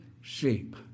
sheep